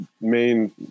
main